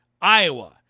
Iowa